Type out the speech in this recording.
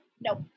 Nope